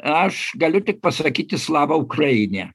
aš galiu tik pasakyti slava ukraine